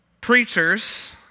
preachers